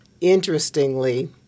interestingly